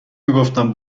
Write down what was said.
میگفتم